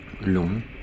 long